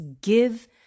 give